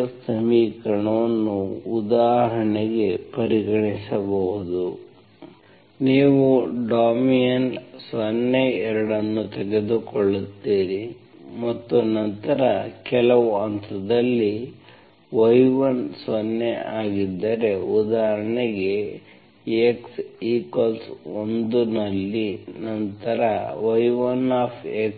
differential ಸಮೀಕರಣವನ್ನು ಉದಾಹರಣೆಗೆ ಪರಿಗಣಿಸಬಹುದು ನೀವು ಡೊಮೇನ್ 02 ಅನ್ನು ತೆಗೆದುಕೊಳ್ಳುತ್ತೀರಿ ಮತ್ತು ನಂತರ ಕೆಲವು ಹಂತದಲ್ಲಿ y1 0 ಆಗಿದ್ದರೆ ಉದಾಹರಣೆಗೆ x1 ನಲ್ಲಿ ನಂತರ y10